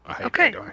Okay